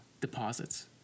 deposits